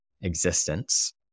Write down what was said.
existence